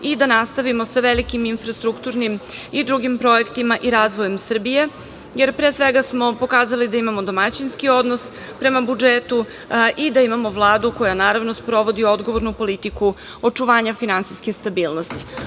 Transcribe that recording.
i da nastavimo sa velikim infrastrukturnim i drugim projektima i razvojem Srbije, jer pre svega smo pokazali da imamo domaćinski odnos prema budžetu i da imamo Vladu koja, naravno, sprovodi odgovornu politiku očuvanja finansijske stabilnosti. Obzirom